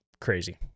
crazy